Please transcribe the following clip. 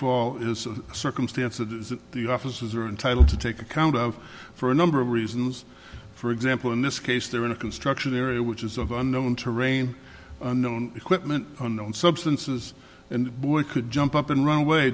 fall is a circumstance that is that the officers are entitled to take account of for a number of reasons for example in this case they were in a construction area which is of unknown terrain unknown equipment unknown substances and boy could jump up and run away